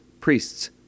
priests